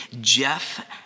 Jeff